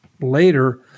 later